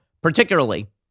particularly